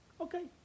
okay